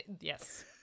yes